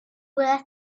worth